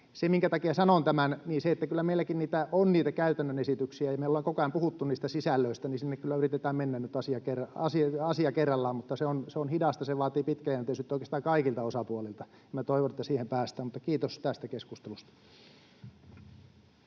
yksi ratkaisu. Sanon tämän sen takia, että kyllä meilläkin on niitä käytännön esityksiä ja me ollaan koko ajan puhuttu niistä sisällöistä. Sinne kyllä yritetään mennä nyt asia kerrallaan, mutta se on hidasta, se vaatii pitkäjänteisyyttä oikeastaan kaikilta osapuolilta, ja minä toivon, että siihen päästään. — Mutta kiitos tästä keskustelusta.